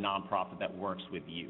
nonprofit that works with you